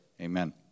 Amen